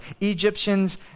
Egyptians